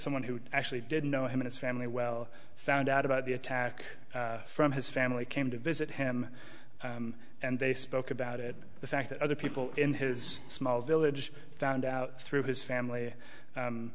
someone who actually did know him and his family well found out about the attack from his family came to visit him and they spoke about it the fact that other people in his small village found out through his family